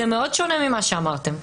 זה מאוד שונה ממה שאמרתם.